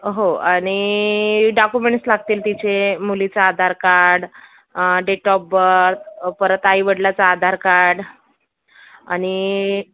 हो आणि डाकुमेंट्स लागतील तिचे मुलीचं Aadhaar card date of birth परत आईवडिलाचं आधार कार्ड आणि